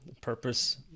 purpose